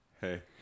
Hey